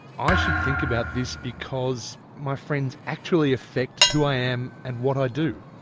i should think about this because my friends actually affect who i am and what i do.